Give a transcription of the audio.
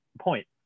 point